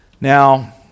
Now